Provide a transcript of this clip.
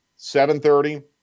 7.30